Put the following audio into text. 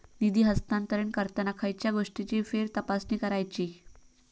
निधी हस्तांतरण करताना खयच्या गोष्टींची फेरतपासणी करायची?